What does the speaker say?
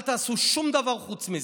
אל תעשו שום דבר חוץ מזה.